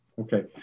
Okay